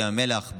בים המלח,